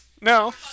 No